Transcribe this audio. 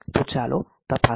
તો ચાલો તપાસીએ